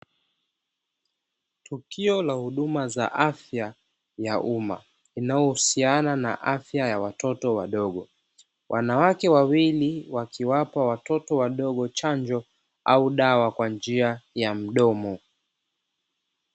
Tukio la huduma ya afya ya umma ,inayohusiana na afya ya watoto wadogo, wanawake wawili wakiwapa watoto wadogo chanjo au dawa kwa njia ya mdomo.